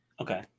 Okay